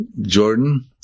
Jordan